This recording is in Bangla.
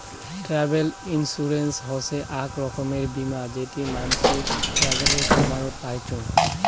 ট্রাভেল ইন্সুরেন্স হসে আক রকমের বীমা যেটি মানসি ট্রাভেলের সময়তে পাইচুঙ